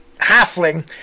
halfling